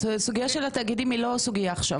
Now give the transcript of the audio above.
הסוגיה של התאגידים היא לא סוגיה עכשיו,